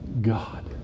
God